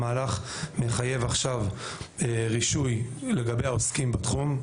המהלך מחייב עכשיו רישוי לגבי העוסקים בתחום,